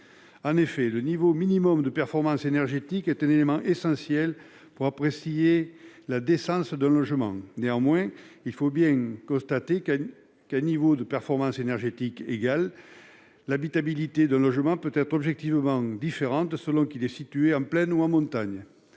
En effet, le niveau minimum de performance énergétique est un élément essentiel pour apprécier la décence d'un logement. Néanmoins, à niveau de performance énergétique égal, l'habitabilité d'un logement sera objectivement différente selon qu'il est situé en plaine ou en montagne.